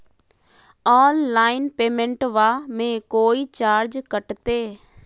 Online पेमेंटबां मे कोइ चार्ज कटते?